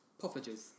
Poffages